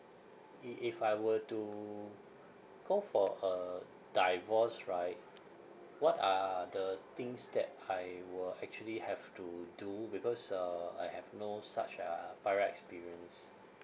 i~ if I were to go for a divorce right what are the things that I will actually have to do because uh I have no such uh prior experience